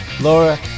Laura